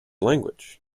language